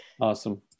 Awesome